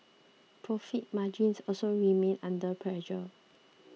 profit margins also remained under pressure